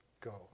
go